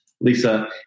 Lisa